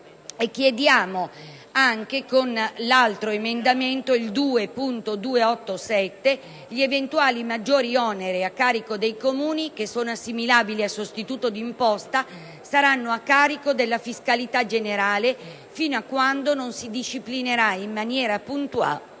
Chiediamo anche, con l'emendamento 2.287, che gli eventuali maggiori oneri a carico dei Comuni che sono assimilabili a sostituto d'imposta siano a carico della fiscalità generale fino a quando non si disciplinerà in maniera puntuale